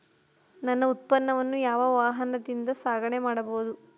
ನನ್ನ ಉತ್ಪನ್ನವನ್ನು ಯಾವ ವಾಹನದಿಂದ ಸಾಗಣೆ ಮಾಡಬಹುದು?